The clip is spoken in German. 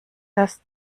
das